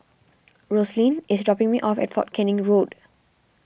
Roslyn is dropping me off at fort Canning Road